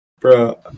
Bro